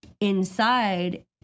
inside